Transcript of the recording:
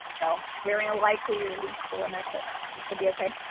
so very unlikely you'll reach the limit. but you should be okay.